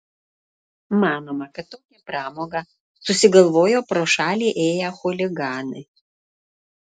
manoma kad tokią pramogą susigalvojo pro šalį ėję chuliganai